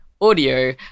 audio